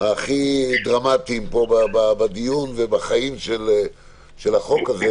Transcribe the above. הכי דרמטיים פה בדיון ובחיים של החוק הזה,